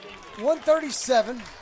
137